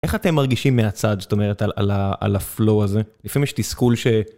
איך אתם מרגישים מהצד, זאת אומרת, על הפלואו הזה? לפעמים יש תסכול ש...